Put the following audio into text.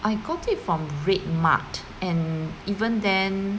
I got it from RedMart and even then